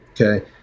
okay